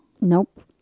Nope